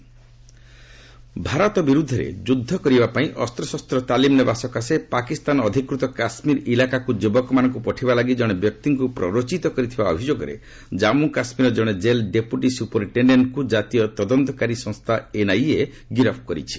NIA arrest Bharat ବିରୁଦ୍ଧରେ ଯୁଦ୍ଧ କରିବା ପାଇଁ ଅସ୍ତ୍ରଶସ୍ତ ତାଲିମ୍ ନେବା ସକାଶେ ପାକିସ୍ତାନ ଅଧିକୃତ କାଶ୍ମୀର ଇଲାକାକୁ ଯୁବକମାନଙ୍କୁ ପଠାଇବା ଲାଗି କଣେ ବ୍ୟକ୍ତିଙ୍କୁ ପ୍ରରୋଚିତ କରିଥିବା ଅଭିଯୋଗରେ ଜାନ୍ମୁ କାଶ୍ମୀରର ଜଣେ ଜେଲ୍ ଡେପୁଟି ସୁପରିଟେଣ୍ଡେଣ୍ଟ୍ଙ୍କୁ ଜାତୀୟ ତଦନ୍ତକାରୀ ସଂସ୍ଥା ଏନ୍ଆଇଏ ଗିରଫ୍ କରିଛି